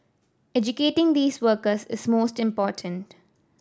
educating these workers is most important